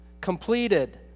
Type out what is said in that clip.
completed